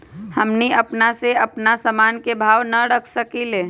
हमनी अपना से अपना सामन के भाव न रख सकींले?